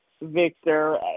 Victor